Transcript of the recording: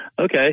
Okay